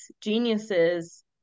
geniuses